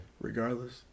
regardless